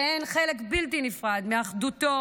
שהן חלק בלתי נפרד מאחדותו,